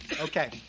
Okay